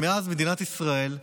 מאז מדינת ישראל,